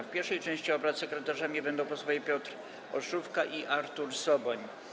W pierwszej części obrad sekretarzami będą posłowie Piotr Olszówka i Artur Soboń.